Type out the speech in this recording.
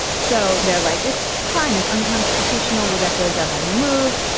so they're like, it's fine, it's unconstitutional. we'll get the deadline removed.